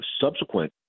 subsequent